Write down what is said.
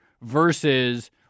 versus